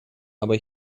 aber